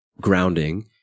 grounding